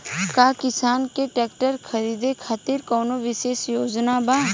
का किसान के ट्रैक्टर खरीदें खातिर कउनों विशेष योजना बा?